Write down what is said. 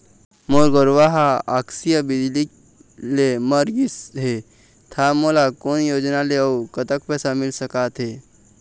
मोर गरवा हा आकसीय बिजली ले मर गिस हे था मोला कोन योजना ले अऊ कतक पैसा मिल सका थे?